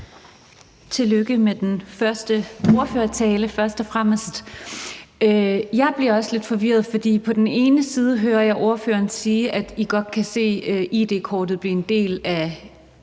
tillykke med den første ordførertale. Jeg bliver også lidt forvirret. For på den ene side hører jeg ordføreren sige, at I godt kan se id-kortet blive en del af